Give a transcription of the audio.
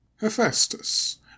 Hephaestus